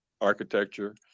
architecture